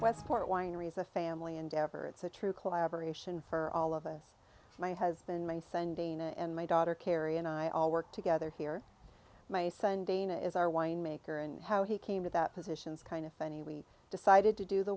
westport wineries a family endeavor it's a true collaboration for all of us my husband my sending and my daughter carrie and i all work together here my son dana is our wine maker and how he came to that position is kind of funny we decided to do the